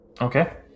Okay